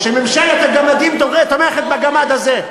הבעיה היא שממשלת הגמדים תומכת בגמד הזה.